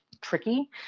tricky